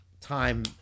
time